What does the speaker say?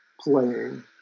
playing